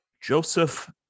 Joseph